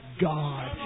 God